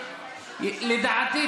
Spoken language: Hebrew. לדעתי,